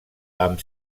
amb